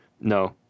No